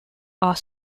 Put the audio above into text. are